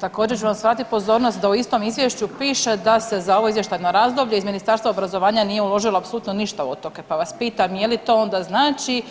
Također ću vam … pozornost da u istom izvješću piše da se za ovo izvještajno razdoblje iz Ministarstva obrazovanja nije uložilo apsolutno ništa u otoke, pa vas pitam je li to onda znači